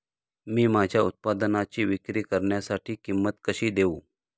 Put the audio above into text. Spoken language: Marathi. मी माझ्या उत्पादनाची विक्री करण्यासाठी किंमत कशी देऊ?